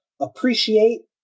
appreciate